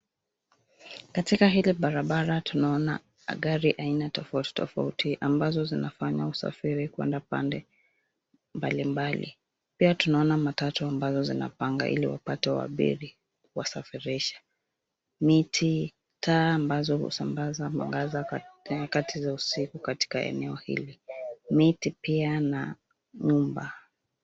Katika hili barabara tunaona gari aina tofauti tofauti ambazo zinafanya usafiri kwenda pande mbalimbali. Pia tunaona matatu ambazo zinapanga ili wapate wasafiri kuwasafirisha. Miti, taa ambazo husambaza mwangaza katika wakati za usiku katika eneo hili. Miti pia na nyumba.